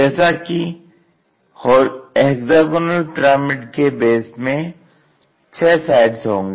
जैसा कि hexagonal pyramid के बेस में 6 साइड्स होंगी